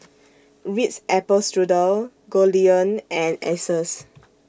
Ritz Apple Strudel Goldlion and Asus